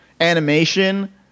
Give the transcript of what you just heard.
animation